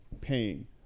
paying